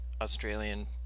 Australian